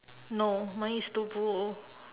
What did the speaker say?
no mine is two full